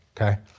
okay